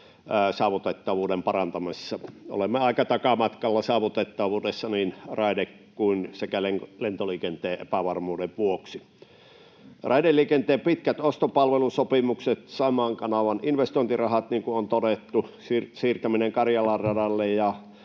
saavutettavuuden parantamisessa. Olemme aika takamatkalla saavutettavuudessa niin raide‑ kuin lentoliikenteen epävarmuuden vuoksi. Raideliikenteen pitkät ostopalvelusopimukset, Saimaan kanavan investointirahat, niin kuin on todettu, siirtäminen Karjalan radalle